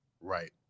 right